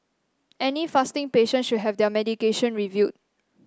any fasting patient should have their medication reviewed